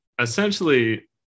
Essentially